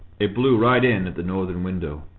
it blew right in at the northern window.